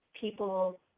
people